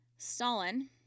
Stalin